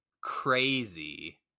crazy